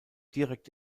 direkt